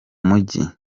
mujyi